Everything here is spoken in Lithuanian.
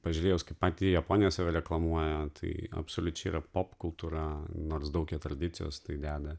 pažiūrėjus kaip pati japonija save reklamuoja tai absoliučiai yra popkultūra nors daug jie tradicijos tai deda